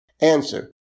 Answer